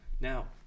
Now